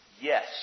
Yes